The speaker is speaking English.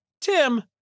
Tim